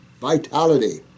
vitality